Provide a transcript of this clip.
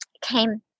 came